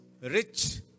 rich